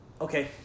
okay